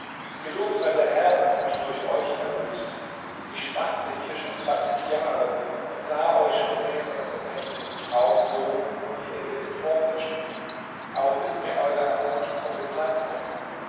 gelobt sei der herr der mich durch euch erlöst ich schmachte hier schon zwanzig jahre und sah euch schon mehrere nächte im traum so wie ihr jetzt vor mir steht auch ist mir eure ankunft prophezeit worden